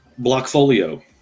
Blockfolio